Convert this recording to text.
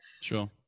Sure